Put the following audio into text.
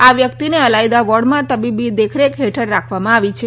આ વ્યક્તિને અલાયદા વોર્ડમાં તબીબી દેખરેખ રાખવામાં આવી છે